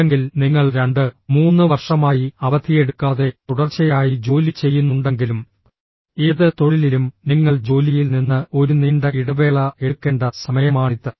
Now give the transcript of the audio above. അല്ലെങ്കിൽ നിങ്ങൾ 23 വർഷമായി അവധിയെടുക്കാതെ തുടർച്ചയായി ജോലി ചെയ്യുന്നുണ്ടെങ്കിലും ഏത് തൊഴിലിലും നിങ്ങൾ ജോലിയിൽ നിന്ന് ഒരു നീണ്ട ഇടവേള എടുക്കേണ്ട സമയമാണിത്